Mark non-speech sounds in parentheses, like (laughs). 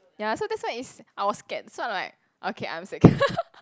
ya so that's why it's I was scared so I'm like okay I'm sick (laughs)